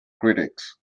critics